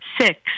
six